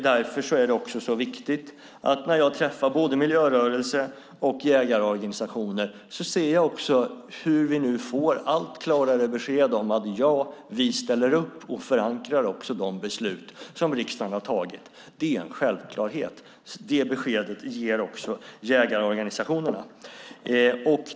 När jag träffar miljörörelsen och jägarorganisationer får vi allt klarare besked om att de ställer upp och förankrar de beslut som riksdagen har fattat. Det är en självklarhet. Det beskedet ger också jägarorganisationerna.